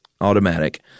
automatic